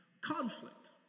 conflict